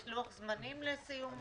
יש לוח זמנים לסיום הדיונים האלה?